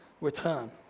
return